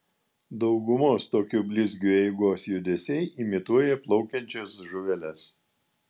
daugumos tokių blizgių eigos judesiai imituoja plaukiančias žuveles